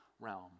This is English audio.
realm